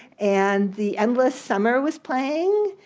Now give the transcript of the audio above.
and the endless summer was playing.